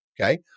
Okay